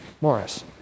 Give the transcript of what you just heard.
Morris